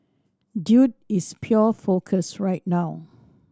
dude is pure focus right now